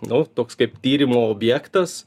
nu toks kaip tyrimo objektas